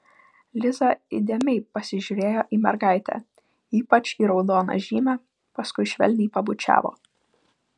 liza įdėmiai pasižiūrėjo į mergaitę ypač į raudoną žymę paskui švelniai pabučiavo